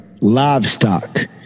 Livestock